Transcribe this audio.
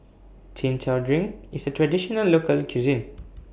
Chin Chow Drink IS A Traditional Local Cuisine